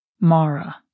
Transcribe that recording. Mara